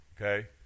Okay